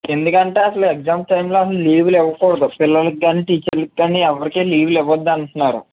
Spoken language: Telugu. ఎందుకంటే అసలు ఎగ్జామ్ టైంలో లీవ్లు ఇవ్వకూడదు పిల్లలకు కానీ టీచర్లకు కానీ ఎవరికీ లీవ్లు ఇవ్వద్దంటున్నారు